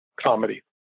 Comedy